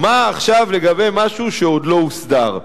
מה עכשיו לגבי משהו שעוד לא הוסדר?